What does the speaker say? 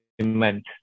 element